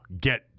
get